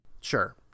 Sure